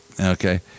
okay